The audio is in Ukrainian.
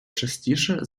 частіше